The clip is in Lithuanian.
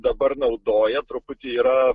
dabar naudoja truputį yra